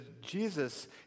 Jesus